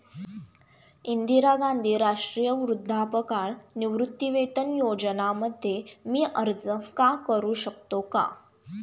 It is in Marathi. इंदिरा गांधी राष्ट्रीय वृद्धापकाळ निवृत्तीवेतन योजना मध्ये मी अर्ज का करू शकतो का?